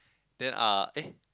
then uh eh